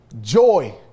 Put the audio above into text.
Joy